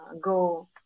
go